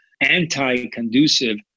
anti-conducive